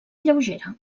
lleugera